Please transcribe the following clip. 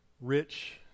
rich